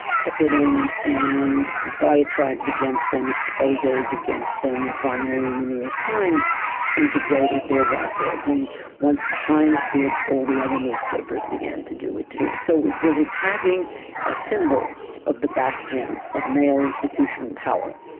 picketing and diatribes against them, exposes against them, and finally the new york times integrated their want ads. and once the times did, all the other newspapers began to do it too. so it was attacking a symbol of the bastion of male institutional power.